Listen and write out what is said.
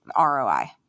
ROI